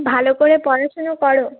ভালো করে পড়াশুনো করো